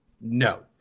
No